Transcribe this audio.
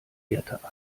messwerte